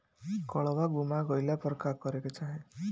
काडवा गुमा गइला पर का करेके चाहीं?